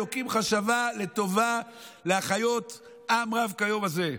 אלוקים חשבה לטובה להחיות עם רב כיום הזה.